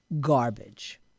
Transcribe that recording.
garbage